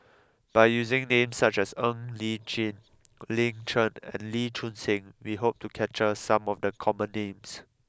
by using names such as Ong Li Chin Lin Chen and Lee Choon Seng we hope to capture some of the common names